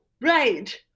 right